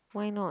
why not